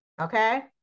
Okay